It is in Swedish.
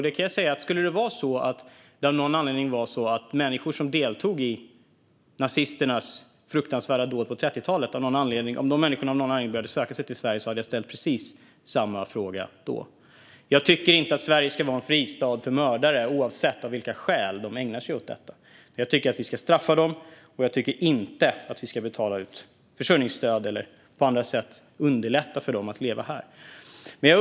Jag kan säga att om människor som deltog i nazisternas fruktansvärda dåd på 30-talet av någon anledning började söka sig till Sverige hade jag ställt precis samma fråga. Jag tycker inte att Sverige ska vara en fristad för mördare, oavsett av vilka skäl som de ägnar sig åt sådana brott. Jag tycker att vi ska straffa dem, och jag tycker inte att vi ska betala ut försörjningsstöd till dem eller på andra sätt underlätta för dem att leva här.